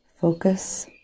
Focus